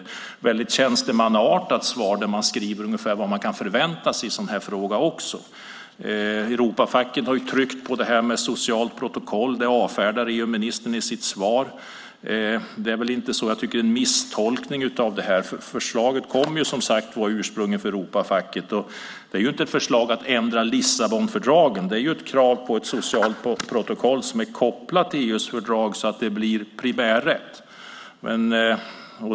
Det är ett väldigt tjänstemannaartat svar där man skriver ungefär vad man kan förvänta sig i en sådan här fråga. Europafacket har tryckt på frågan om ett socialt protokoll. Det avfärdar EU-ministern i sitt svar. Jag tycker att det är en misstolkning av detta. Förslaget kom, som sagt, ursprungligen från Europafacket. Det är inte ett förslag om att ändra Lissabonfördraget. Det är ett krav på ett socialt protokoll som är kopplat till EU:s fördrag så att det blir primärrätt.